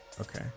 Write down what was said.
Okay